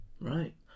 Right